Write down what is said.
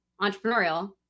entrepreneurial